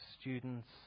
students